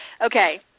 Okay